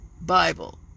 Bible